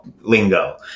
lingo